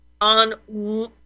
on